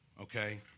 okay